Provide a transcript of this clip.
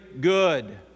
good